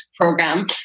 program